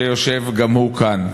שיושב גם הוא כאן.